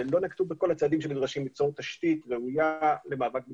שלא נקטו בכל הצעדים שנדרשים ליצור תשתית ראויה למאבק בגזענות.